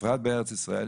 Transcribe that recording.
בפרט בארץ ישראל,